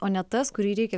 o ne tas kurį reikia